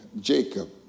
Jacob